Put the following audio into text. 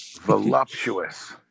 voluptuous